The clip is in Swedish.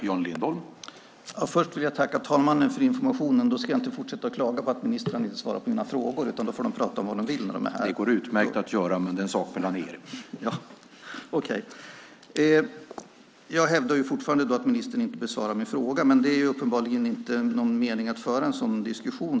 Herr talman! Först vill jag tacka talmannen för informationen. Då ska jag inte fortsätta att klaga på att ministrarna inte svarar på mina frågor. De får prata om vad de vill när de är här. Jag hävdar fortfarande att ministern inte besvarat min fråga, men det är uppenbarligen inte någon mening med att föra en sådan diskussion.